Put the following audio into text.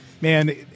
Man